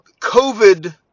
COVID